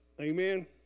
amen